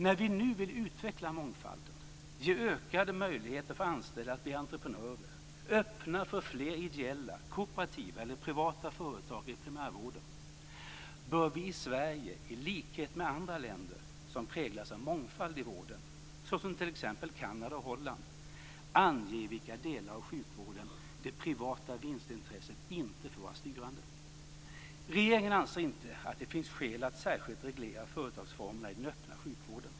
När vi nu vill utveckla mångfalden, ge ökade möjligheter för anställda att bli entreprenörer och öppna för fler ideella, kooperativa eller privata företag i primärvården bör vi i Sverige i likhet med andra länder som präglas av mångfald i vården, såsom t.ex. Kanada och Holland, ange i vilka delar av sjukvården det privata vinstintresset inte får vara styrande. Regeringen anser inte att det finns skäl att särskilt reglera företagsformerna i den öppna sjukvården.